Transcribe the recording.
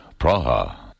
Praha